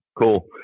Cool